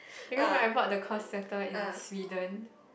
remember I bought the course sweater in Sweden